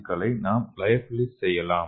க்களை நாம் லியோபிலிஸ் செய்யலாம்